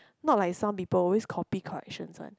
not like some people always copy corrections one